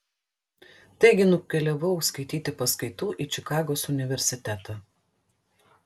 taigi nukeliavau skaityti paskaitų į čikagos universitetą